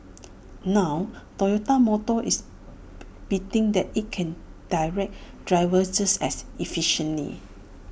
now Toyota motor is betting that IT can direct drivers just as efficiently